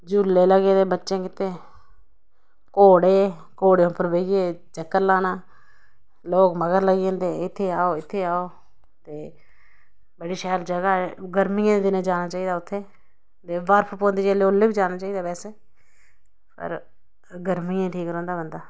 झूले लग्गे दे बच्चै गित्तै घोड़े घोड़े उप्पर बेहियै चक्कर लाना लोग मगर लग्गी जंदे इत्थें आओ इत्थें आओ ते बड़ी शैल जगाह् ऐ गर्मियें दे दिनैं जाना चाही दा उत्थें ते बर्फ पौंदी जिसलै उसलै बी जाना चाही दी बैसे पर गर्मियें च ठीक रौंह्दा बंदा